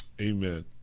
amen